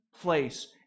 place